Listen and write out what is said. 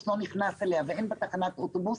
לא נכנס אליה ואין בה תחנת אוטובוס,